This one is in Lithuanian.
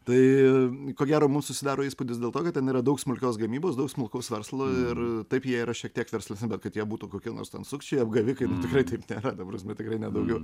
tai ko gero mum susidaro įspūdis dėl to kad ten yra daug smulkios gamybos daug smulkaus verslo ir taip jie yra šiek tiek verslesni bet kad jie būtų kokia nors ten sukčiai apgavikai tikrai taip nėra ta prasme tikrai ne daugiau